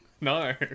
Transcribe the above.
No